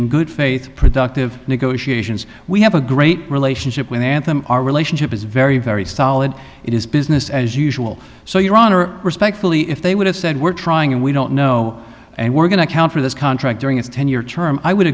in good faith productive negotiations we have a great relationship with anthem our relationship is very very solid it is business as usual so your honor respectfully if they would have said we're trying and we don't know and we're going to counter this contract during its ten year term i would